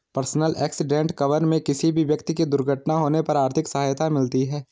personal accident cover में किसी भी व्यक्ति की दुर्घटना होने पर आर्थिक सहायता मिलती है